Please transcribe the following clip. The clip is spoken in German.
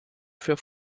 für